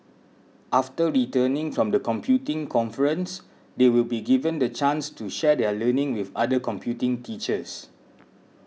after returning from the computing conference they will be given the chance to share their learning with other computing teachers